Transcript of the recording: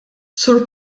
sur